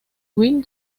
wild